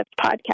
podcast